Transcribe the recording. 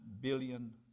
billion